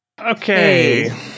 Okay